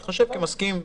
ייחשב כמסכים.